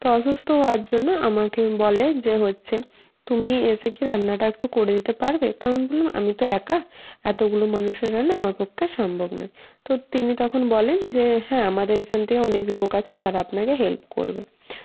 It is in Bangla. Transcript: তো অসুস্থ হওয়ার জন্য আমাকে বলে যে হচ্ছে তুমি এসে কি রান্নাটা একটু করে দিতে পারবে তো আমি বললাম আমি তো একা এতোগুলো মানুষের রান্না আমার পক্ষে সম্ভব নয় তো তিনি তখন বলেন যে হ্যাঁ আমাদের এখান থেকে অনেক লোক আছে যারা আপনাকে হেল্প করবে হ্যাঁ